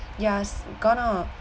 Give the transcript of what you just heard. yes going to